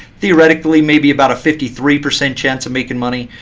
theoretically, maybe about a fifty three percent chance of making money.